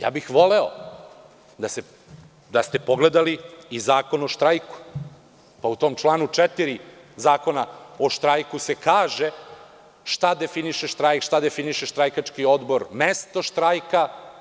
Ja bih voleo da ste pogledali i Zakon o štrajku, pa u tom članu 4. Zakona o štrajku se kaže šta definiše štrajk, šta definiše štrajkački odbor, mesto štrajka.